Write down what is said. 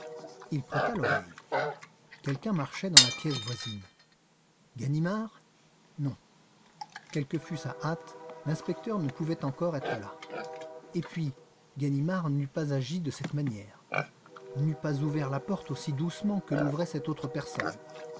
il prêta l'oreille quelqu'un marchait dans la pièce voisine ganimard non quelle que fût sa hâte l'inspecteur ne pouvait encore être là et puis ganimard n'eût pas agi de cette manière n'eût pas ouvert la porte aussi doucement que l'ouvrait cette autre personne